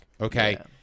okay